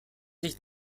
sich